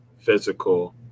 physical